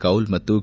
ಕೌಲ್ ಮತ್ತು ಕೆ